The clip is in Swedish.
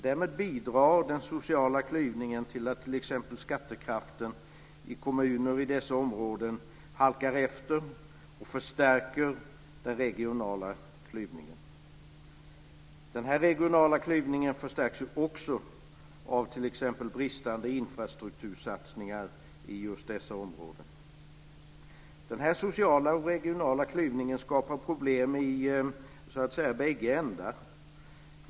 Därmed bidrar den sociala klyvningen till att t.ex. skattekraften i kommuner i dessa områden halkar efter och förstärker den regionala klyvningen. Den regionala klyvningen förstärks också av t.ex. bristande infrastruktursatsningar i just dessa områden. Den här sociala och regionala klyvningen skapar problem så att sätta i bägge ändar.